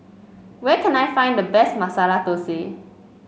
where can I find the best Masala Thosai